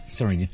sorry